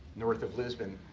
north of lisbon,